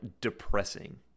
depressing